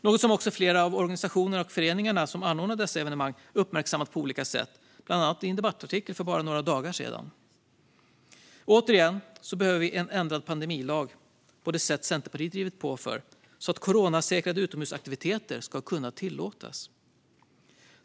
Detta har även flera av de organisationer och föreningar som anordnar dessa evenemang uppmärksammat på olika sätt, bland annat i en debattartikel för bara några dagar sedan. Återigen: Vi behöver en ändrad pandemilag på det sätt som Centerpartiet drivit på för, så att coronasäkrade utomhusaktiviteter ska kunna tillåtas.